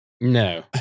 No